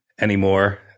anymore